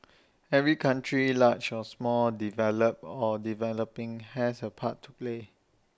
every country large or small developed or developing has A part to play